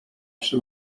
przy